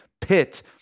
pit